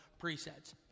presets